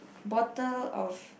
bottle of